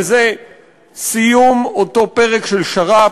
וזה סיום אותו פרק של שר"פ,